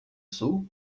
sul